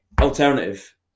alternative